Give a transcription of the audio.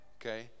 okay